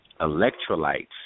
electrolytes